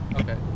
Okay